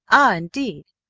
ah, indeed!